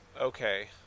Okay